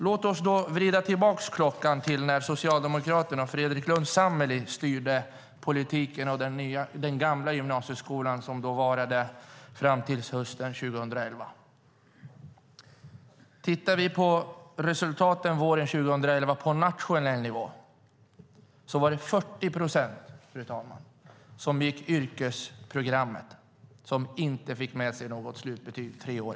Låt oss då vrida tillbaka klockan till när Socialdemokraterna och Fredrik Lundh Sammeli styrde politiken och den gamla gymnasieskolan, som varade fram till hösten 2011. Tittar vi på resultaten våren 2011 på nationell nivå var det 40 procent som gick yrkesprogrammet som inte fick med sig något slutbetyg efter tre år.